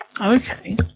Okay